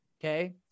okay